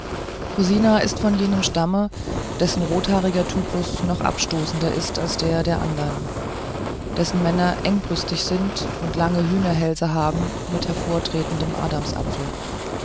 ist von jenem stamme dessen rothaariger typus noch abstoßender ist als der der andern dessen männer engbrüstig sind und lange hühnerhälse haben mit vorstehendem adamsapfel